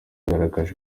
yagaragaje